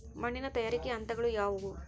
ಮಣ್ಣಿನ ತಯಾರಿಕೆಯ ಹಂತಗಳು ಯಾವುವು?